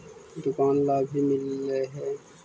दुकान ला भी मिलहै?